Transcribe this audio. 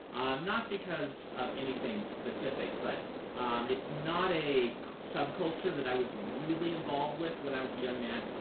not because of anything specific, but it's not a subculture that i was really involved with when i was a young man.